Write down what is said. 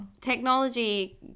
Technology